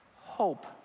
hope